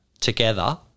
together